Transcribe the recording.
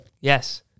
Yes